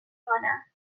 کنم